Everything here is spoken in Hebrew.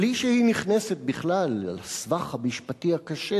בלי שהיא נכנסת בכלל לסבך המשפטי הקשה